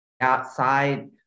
outside